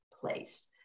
place